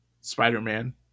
spider-man